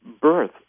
birth